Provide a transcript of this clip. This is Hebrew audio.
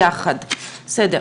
בסדר,